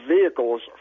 vehicles